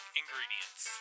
ingredients